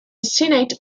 senate